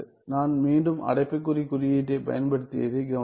நான் மீண்டும் அடைப்புக்குறி குறியீட்டைப் பயன்படுத்தியதை கவனிக்கவும்